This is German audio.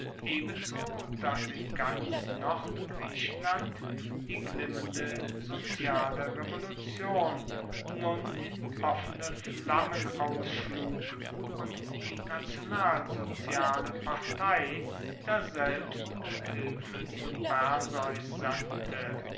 ebenso dass in ganz nordgriechenland die glimmende soziale revolution nun in offene flammen ausschlug und die national soziale partei daselbst um hilfe zu perseus sandte